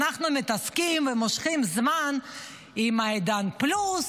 אנחנו מתעסקים ומושכים זמן עם עידן פלוס,